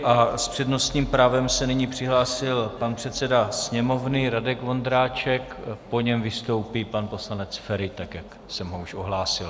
A s přednostním právem se nyní přihlásil pan předseda Sněmovny Radek Vondráček, po něm vystoupí pan poslanec Feri, tak jak jsem ho už ohlásil.